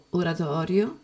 oratorio